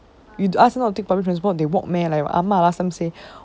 you ask not to take public transport they walk meh or ah ma last time say